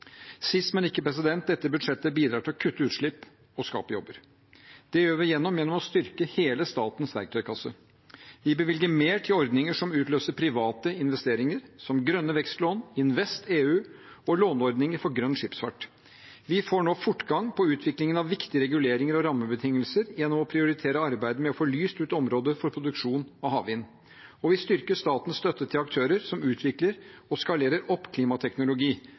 Sist, men ikke minst: Dette budsjettet bidrar til å kutte utslipp og skape jobber. Det gjør vi gjennom å styrke hele statens verktøykasse. Vi bevilger mer til ordninger som utløser private investeringer, som grønne vekstlån, InvestEU og låneordninger for grønn skipsfart. Vi får nå fortgang i utviklingen av viktige reguleringer og rammebetingelser gjennom å prioritere arbeidet med å få lyst ut områder for produksjon av havvind. Og vi styrker statens støtte til aktører som utvikler og skalerer opp klimateknologi,